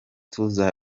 tuza